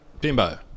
Bimbo